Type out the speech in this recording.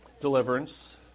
Deliverance